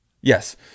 Yes